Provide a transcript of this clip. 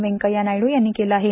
व्यंकथ्या नायडू यांनी केलं आहे